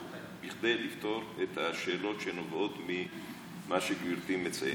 כדי לפתור את השאלות שנובעות ממה שגברתי מציינת.